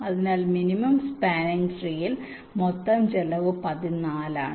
അതിനാൽ minimum spanning ട്രീയിൽ മൊത്തം ചെലവ് 14 ആണ്